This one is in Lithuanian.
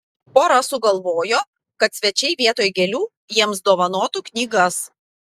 pora sugalvojo kad svečiai vietoj gėlių jiems dovanotų knygas